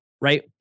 right